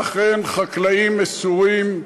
ואכן, חקלאים מסורים,